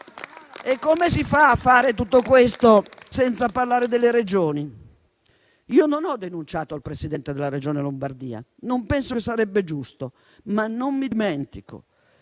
E come si fa a fare tutto questo senza parlare delle Regioni? Io non ho denunciato il Presidente della regione Lombardia. Non penso che sarebbe giusto, ma non dimentico: